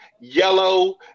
yellow